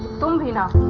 thirty nine